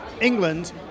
England